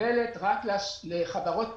מוגבלת רק לחברות פרטיות,